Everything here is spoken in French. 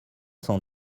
cent